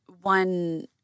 One